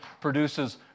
produces